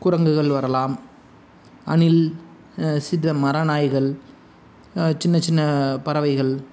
குரங்குகள் வரலாம் அணில் சித்த மரநாய்கள் சின்ன சின்ன பறவைகள்